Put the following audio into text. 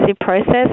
process